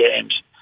games